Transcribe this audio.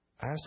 Ask